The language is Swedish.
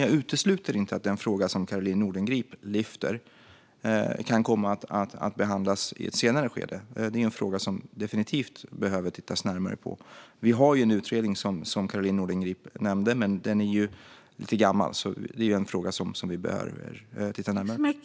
Jag utesluter dock inte att den fråga som Caroline Nordengrip tar upp kan komma att behandlas i ett senare skede. Detta är en fråga som definitivt behöver tittas närmare på. Vi har en utredning, som Caroline Nordengrip nämnde, men den är ju lite gammal. Detta är en fråga som vi behöver titta närmare på.